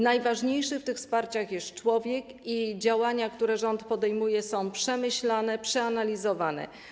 Najważniejszy w tym wsparciu jest człowiek, i działania, które rząd podejmuje, są przemyślane, przeanalizowane.